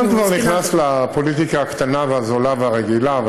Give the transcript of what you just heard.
כאן כבר נכנסת לפוליטיקה הקטנה והזולה והרגילה,